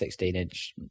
16-inch